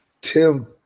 Tim